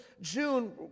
June